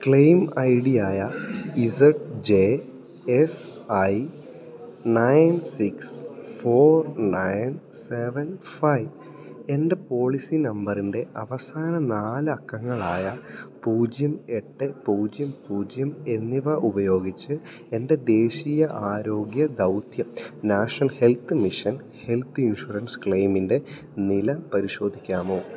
claim I ഡിയായ Z J S I nine six four nine seven five എൻ്റെ policy നമ്പറിൻ്റെ അവസാന നാലക്കങ്ങളായ പൂജ്യം എട്ട് പൂജ്യം പൂജ്യം എന്നിവ ഉപയോഗിച്ച് എൻ്റെ ദേശീയ ആരോഗ്യ ദൗത്യം national health mission health insurance ക്ലെയിമിൻ്റെ നില പരിശോധിക്കാമോ